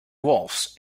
wolves